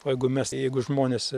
o jeigu mes jeigu žmonės